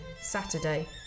Saturday